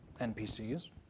NPCs